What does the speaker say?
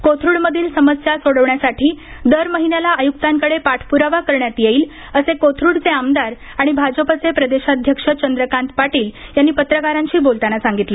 कोथरूडमधील समस्या सोडवण्यासाठी दर महिन्याला आयुक्तांकडे पाठप्रावा करण्यात येईल असे कोथरूडचे आमदार आणि भाजपाचे प्रदेशाध्यक्ष चंद्रकांत पाटील यांनी पत्रकारांशी बोलताना सांगितले